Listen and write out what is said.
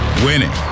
Winning